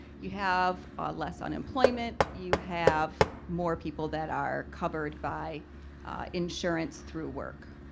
you have less unemployment. you have more people that are covered by insurance through work.